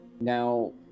now